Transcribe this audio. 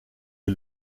est